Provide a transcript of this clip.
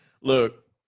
look